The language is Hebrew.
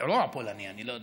רוע פולני, אני לא יודע.